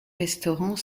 restaurant